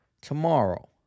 tomorrow